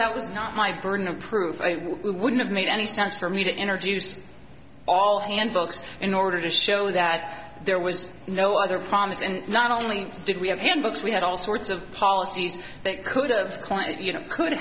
that was not my burden of proof i would have made any sense for me to interviews all handbooks in order to show that there was no other problems and not only did we have handbooks we had all sorts of policies that could of client you know could